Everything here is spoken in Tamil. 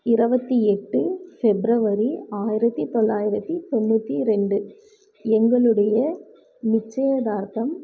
இருபத்தி எட்டு ஃபெப்ரவரி ஆயிரத்தி தொள்ளாயிரத்தி தொண்ணூற்றி ரெண்டு எங்களுடைய நிச்சயதார்த்தம்